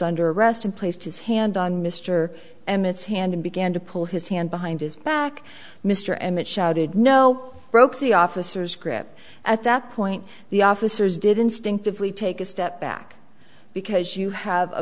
under arrest and placed his hand on mr emmett's hand and began to pull his hand behind his back mr emmett shouted no broke the officers grip at that point the officers did instinctively take a step back because you have a